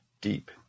Deep